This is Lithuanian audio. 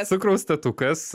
cukraus tetukas